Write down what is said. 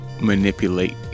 manipulate